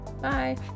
bye